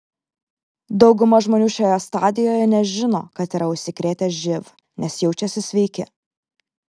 dauguma žmonių šioje stadijoje nežino kad yra užsikrėtę živ nes jaučiasi sveiki